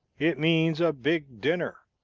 it means a big dinner.